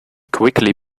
quickly